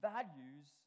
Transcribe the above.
Values